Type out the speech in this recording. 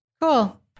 cool